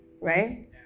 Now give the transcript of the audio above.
right